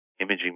imaging